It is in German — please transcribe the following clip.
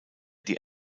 die